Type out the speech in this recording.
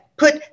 put